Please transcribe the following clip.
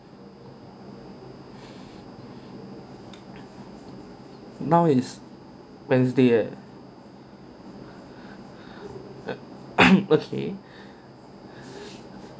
now is wednesday eh